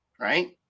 Right